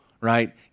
right